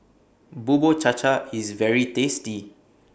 Bubur Cha Cha IS very tasty